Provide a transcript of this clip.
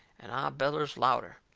and i bellers louder.